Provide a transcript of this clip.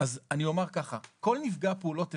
כל נפגע פעולות איבה,